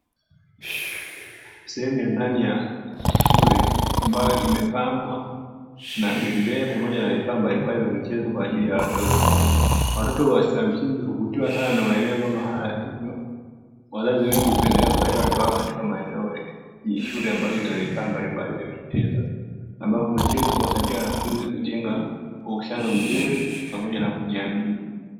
Sehemu ya ndani ya shule ambayo imepambwa na bembea pamoja na vifaa mbalimbali vya michezo kwa ajili ya watoto. Watoto wa shule ya msingi huvutiwa sana na maeneo kama haya, hivyo wazazi wengi hupendelea kuwaleta watoto wao katika shule ambazo zina vifaa mbalimbali vya michezo, ambavyo michezo huwasadia wanafunzi kujenga uhusiano mzuri pamoja na kujiamini.